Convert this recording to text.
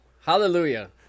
hallelujah